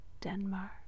Denmark